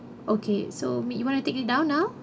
okay so me you want to take it down now